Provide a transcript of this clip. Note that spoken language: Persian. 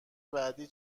بعدی